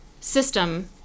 system